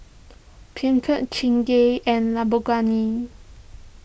Peugeot Chingay and Lamborghini